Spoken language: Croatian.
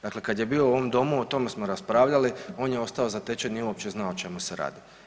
Dakle, kad je bio u ovom domu o tome smo raspravljali on je ostao zatečen nije uopće znao o čemu se radi.